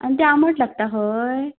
आनी ते आमट लागता हय